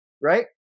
right